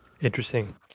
Interesting